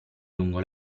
lungo